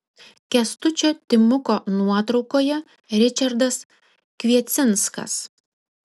kęstučio timuko nuotraukoje ričardas kviecinskas